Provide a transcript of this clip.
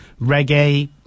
reggae